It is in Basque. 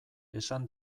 esan